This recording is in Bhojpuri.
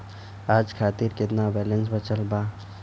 आज खातिर केतना बैलैंस बचल बा?